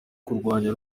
kurwanya